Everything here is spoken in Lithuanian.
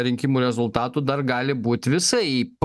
rinkimų rezultatų dar gali būt visaip